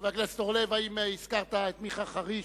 חבר הכנסת אורלב, האם הזכרת את מיכה חריש,